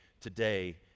today